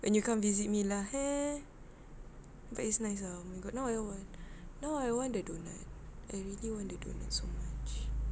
when you come visit me lah eh but it's nice ah my god now I want now I want the doughnut I really want the doughnut so much